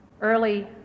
early